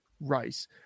Rice